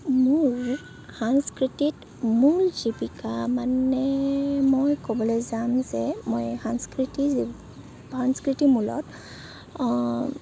মোৰ সংস্কৃতিত মূল জীৱিকা মানে মই ক'বলৈ যাম যে মই সংস্কৃতি সংস্কৃতিমূলত